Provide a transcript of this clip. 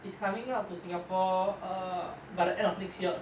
is coming out to singapore err by the end of next year